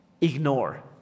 ignore